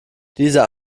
dieser